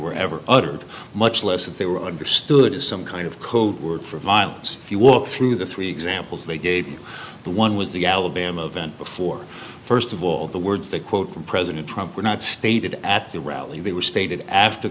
uttered much less if they were understood as some kind of code word for violence if you walk through the three examples they gave you the one was the alabama event before first of all the words they quote from president trump were not stated at the rally they were stated after